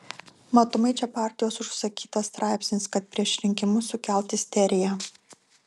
matomai čia partijos užsakytas straipsnis kad prieš rinkimus sukelt isteriją